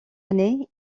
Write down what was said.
années